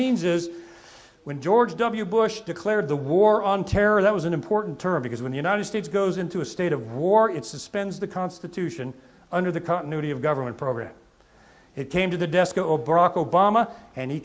means is when george w bush declared the war on terror that was an important term because when the united states goes into a state of war it suspends the constitution under the continuity of government program it came to the desk oberon obama and he